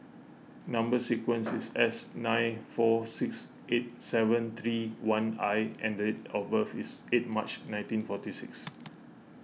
Number Sequence is S nine four six eight seven three one I and date of birth is eight March nineteen forty six